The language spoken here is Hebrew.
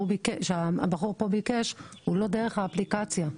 שהבחור פה ביקש הוא לא דרך האפליקציה.